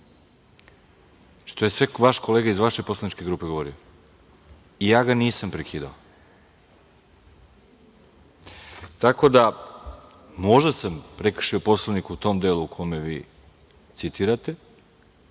je sve vaš kolega iz vaše poslaničke grupe govorio i ja ga nisam prekidao. Tako da možda sam prekrišio Poslovnik u tom delu o kome vi citirate,